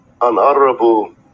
unutterable